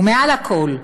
ומעל הכול,